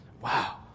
Wow